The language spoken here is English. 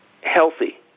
healthy